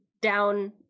down